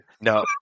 No